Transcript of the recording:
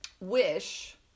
wish